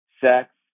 sex